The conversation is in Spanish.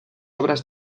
obras